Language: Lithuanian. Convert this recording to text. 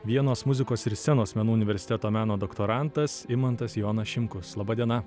vienos muzikos ir scenos menų universiteto meno doktorantas imantas jonas šimkus laba diena